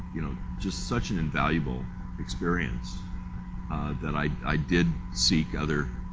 you know, just such an invaluable experience that i i did seek other